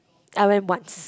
I went once